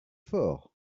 fort